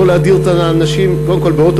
לא להדיר את הנשים קודם כול באוטובוסים,